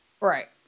Right